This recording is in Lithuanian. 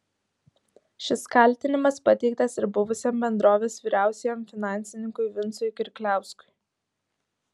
šis kaltinimas pateiktas ir buvusiam bendrovės vyriausiajam finansininkui vincui kirkliauskui